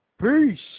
Peace